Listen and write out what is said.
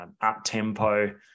up-tempo